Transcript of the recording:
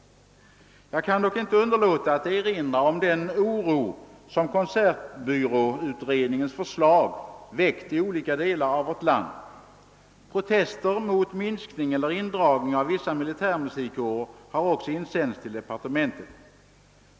Jag kan dock inte underlåta att erinra om den oro som konsertbyråutredningens förslag väckt i olika delar av vårt land. Protester mot minskning eller indragning av vissa militärmusikkårer har också insänts till departementet.